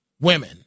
women